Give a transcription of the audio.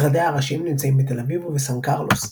משרדיה הראשיים נמצאים בתל אביב ובסן קרלוס.